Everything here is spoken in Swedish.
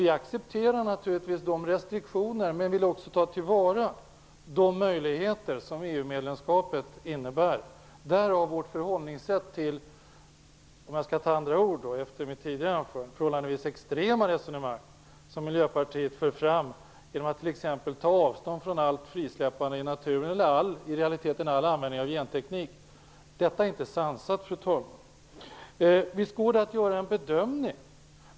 Vi accepterar naturligtvis restriktioner där, men vi vill också ta till vara de möjligheter som EU-medlemskapet innebär; därav vårt förhållningssätt - för att använda andra ord efter mitt anförande tidigare - till det förhållandevis extrema resonemang som Miljöpartiet för fram genom att t.ex. ta avstånd från allt frisläppande i naturen. I realiteten handlar det om all användning av gentekniken. Detta är inte sansat, fru talman! Visst går det att göra en bedömning.